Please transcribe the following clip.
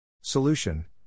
Solution